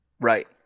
Right